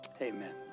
amen